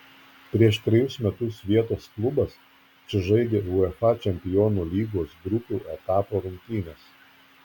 prieš trejus metus vietos klubas čia žaidė uefa čempionų lygos grupių etapo rungtynes